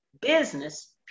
business